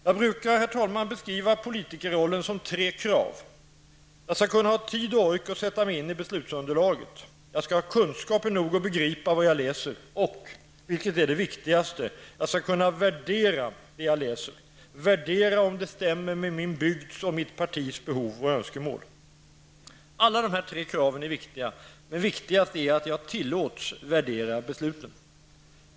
Jag brukar beskriva politikerrollen som tre krav: Jag skall kunna ha tid och ork att sätta mig in i beslutsunderlaget, jag skall ha kunskaper nog att begripa vad jag läser, och -- vilket är det viktigaste -- kunna värdera det jag läser, värdera om det stämmer med min bygds och mitt partis behov och önskemål. Alla tre kraven är viktiga, men viktigast att jag tillåts värdera besluten.